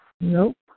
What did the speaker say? Nope